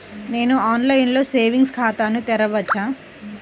నేను ఆన్లైన్లో సేవింగ్స్ ఖాతాను తెరవవచ్చా?